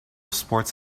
sports